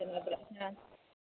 ಹಾಂ